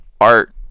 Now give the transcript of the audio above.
art